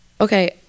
Okay